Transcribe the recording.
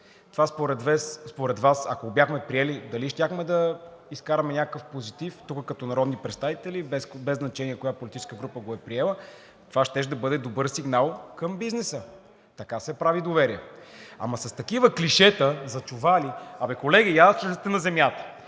Това според Вас, ако го бяхме приели, дали щяхме да изкараме някакъв позитив тук като народни представители без значение коя политическа група го е приела. Това щеше да е добър сигнал към бизнеса. Така се прави доверие. Ама с такива клишета за чували… А бе, колеги, я слезте на земята!